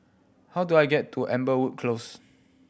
how do I get to Amberwood Close